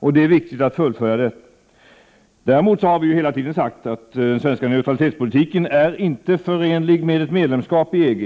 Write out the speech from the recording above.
och det är viktigt att fullfölja denna linje. Däremot har vi hela tiden sagt att den svenska neutralitetspolitiken är inte förenlig med ett medlemskap i EG.